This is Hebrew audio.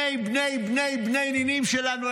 הבני-בני-בני-בני-בני נינים שלנו,